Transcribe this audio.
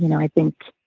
you know i think.